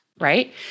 right